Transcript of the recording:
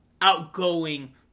outgoing